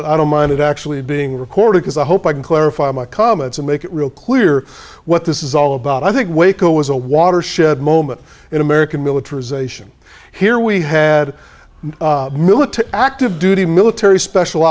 it i don't mind it actually being recorded as i hope i can clarify my comments and make it real clear what this is all about i think waco was a watershed moment in american militarization here we had military active duty military special